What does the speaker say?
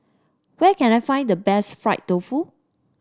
where can I find the best Fried Tofu